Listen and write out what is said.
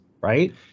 right